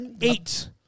eight